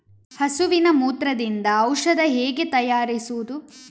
ಹಸುವಿನ ಮೂತ್ರದಿಂದ ಔಷಧ ಹೇಗೆ ತಯಾರಿಸುವುದು?